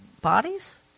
bodies